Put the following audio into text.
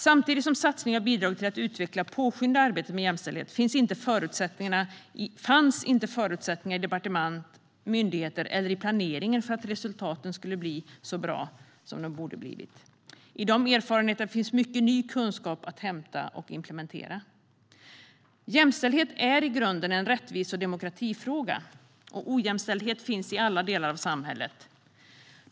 Samtidigt som satsningen bidrog till att utveckla och påskynda arbetet med jämställdhet fanns inte förutsättningar i departement, myndigheter eller planering för att resultaten skulle bli så bra som de borde blivit. I de erfarenheterna finns mycket ny kunskap att hämta och implementera. Jämställdhet är i grunden en rättvise och demokratifråga. Och ojämställdhet finns i alla delar av samhället.